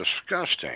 disgusting